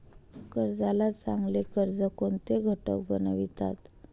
कर्जाला चांगले कर्ज कोणते घटक बनवितात?